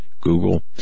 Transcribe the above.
Google